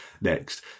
next